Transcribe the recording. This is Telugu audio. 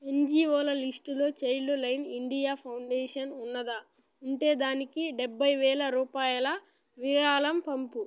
ఎన్జిఓల లిస్టులో చైల్డ్ లైన్ ఇండియా ఫౌండేషన్ ఉన్నదా ఉంటే దానికి డెబ్భై వేల రూపాయల విరాళం పంపు